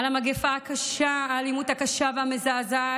על המגפה הקשה, האלימות הקשה והמזעזעת.